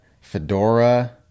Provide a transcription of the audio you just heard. fedora